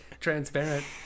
Transparent